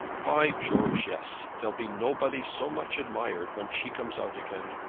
by george, yes, there'll be nobody so much admired when she comes out again.